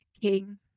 king